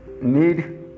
Need